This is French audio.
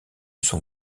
son